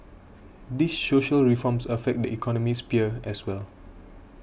these social reforms affect the economic sphere as well